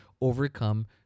overcome